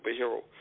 superhero